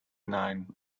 nine